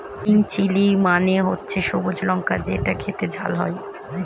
green chilli মানে হচ্ছে সবুজ লঙ্কা যেটা খেতে ঝাল হয়